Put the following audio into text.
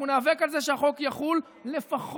אנחנו ניאבק על זה שהחוק יחול לפחות,